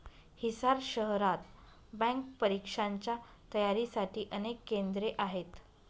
हिसार शहरात बँक परीक्षांच्या तयारीसाठी अनेक केंद्रे आहेत